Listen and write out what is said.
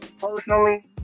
personally